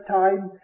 time